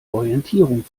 orientierung